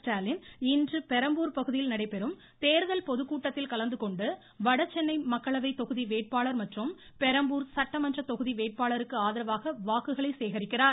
ஸ்டாலின் இன்று பெரம்பூர் பகுதியில் நடைபெறும் தேர்தல் பொதுக்கூட்டத்தில் கலந்து கொண்டு வடசென்னை மக்களவை தொகுதி வேட்பாளர் மற்றும் பெரம்பூர் சட்டமன்ற தொகுதி வேட்பாளருக்கு ஆதரவாக வாக்குகளை சேகரிக்கிறார்